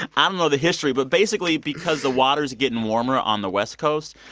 um know the history, but basically because the water is getting warmer on the west coast,